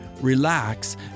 relax